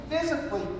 physically